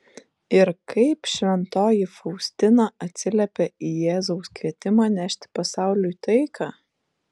ir kaip šventoji faustina atsiliepė į jėzaus kvietimą nešti pasauliui taiką